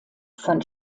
von